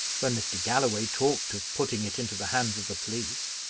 when mr. galloway talked of putting it into the hands of the police.